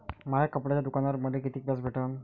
माया कपड्याच्या दुकानावर मले कितीक व्याज भेटन?